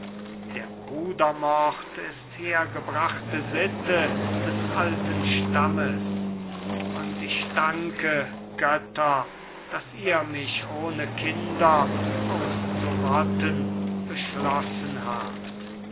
der brudermord ist hergebrachte sitte des alten stammes und ich danke götter daß ihr mich ohne kinder auszurotten beschlossen habt